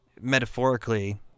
metaphorically